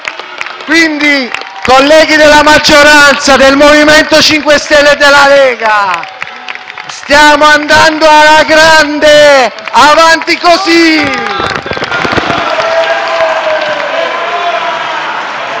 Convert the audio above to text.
Dunque, colleghi della maggioranza, del MoVimento 5 Stelle e della Lega, stiamo andando alla grande: avanti così.